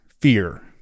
fear